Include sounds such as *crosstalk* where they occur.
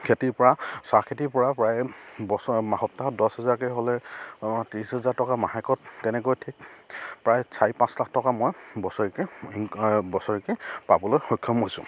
খেতিৰ পৰা চাহ খেতিৰ পৰা প্ৰায় বছৰ সপ্তাহত দহ হাজাৰকৈ হ'লে ত্ৰিছ হাজাৰ টকা মাহেকত তেনেকৈ ঠিক প্ৰায় চাৰি পাঁচ লাখ টকা মই বছৰেকে *unintelligible* বছৰেকে পাবলৈ সক্ষম হৈছোঁ